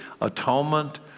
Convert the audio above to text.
Atonement